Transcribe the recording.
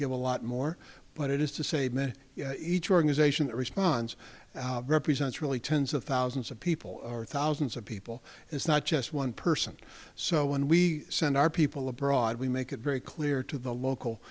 give a lot more but it is to say men each organization that responds represents really tens of thousands of people or thousands of people it's not just one person so when we send our people abroad we make it very clear to the local